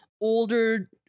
older